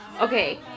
okay